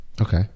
Okay